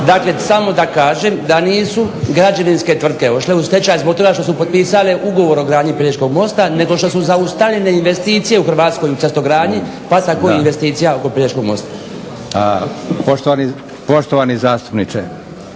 dakle, samo da kažem da nisu građevinske tvrtke otišle u stečaj zbog toga što su potpisale ugovor o gradnji Pelješkog mosta, nego što su zaustavljene investicije u Hrvatskoj u cestogradnji, pa tako i investicija oko Pelješkog mosta. **Leko, Josip